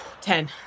Ten